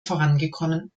vorangekommen